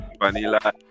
vanilla